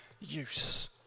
use